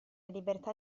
libertà